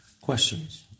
questions